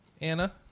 Anna